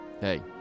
hey